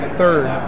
third